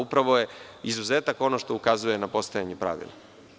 Upravo je izuzetak ono što ukazuje na postojanje pravila.